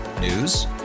News